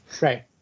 Right